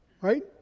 right